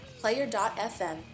Player.fm